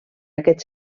aquest